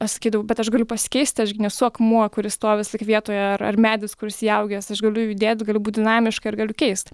aš sakydavau bet aš galiu pasikeisti aš gi nesu akmuo kuris stovi tik vietoje ar medis kuris įaugęs aš galiu judėt gali būti dinamiška ir galiu keist